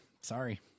Sorry